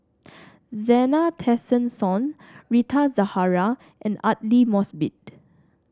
Zena Tessensohn Rita Zahara and Aidli Mosbit